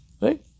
Right